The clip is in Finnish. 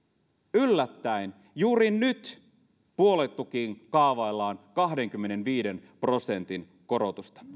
yllättäen juuri nyt puoluetukiin kaavaillaan kahdenkymmenenviiden prosentin korotusta